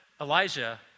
Elijah